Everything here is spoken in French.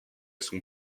son